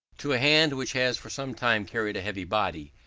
to a hand which has for some time carried a heavy body,